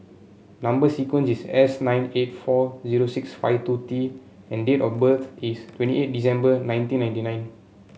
number sequence is S nine eight four zero six five two T and date of birth is twenty eight December nineteen ninety nine